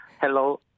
hello